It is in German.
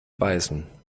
beißen